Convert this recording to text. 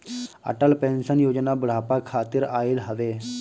Atal pension Yojana बुढ़ापा खातिर आईल हवे